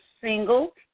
single